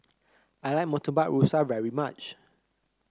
I like Murtabak Rusa very much